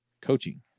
coaching